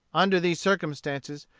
under these circumstances,